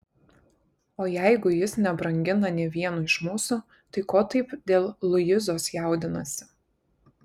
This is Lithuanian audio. o jeigu jis nebrangina nė vieno iš mūsų tai ko taip dėl luizos jaudinasi